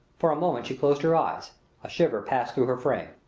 for a moment she closed her eyes a shiver passed through her frame.